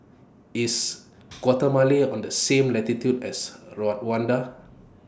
IS Guatemala on The same latitude as Rwanda